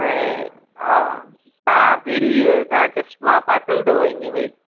ऐं हा तव्हां पहिरीं इहो तव्हां चश्मा पातल अथव इअं भई